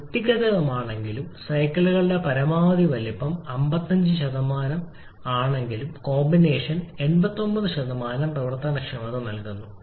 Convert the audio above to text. വ്യക്തിഗതമാണെങ്കിലും സൈക്കിളുകളുടെ പരമാവധി വലുപ്പം 55 ആണെങ്കിലും കോമ്പിനേഷൻ 89 പ്രവർത്തനക്ഷമത നൽകുന്നു